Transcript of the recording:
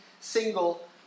single